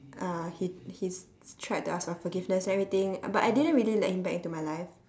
ah he he's tried to ask for forgiveness and everything but I didn't let him back into my life